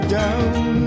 down